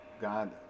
God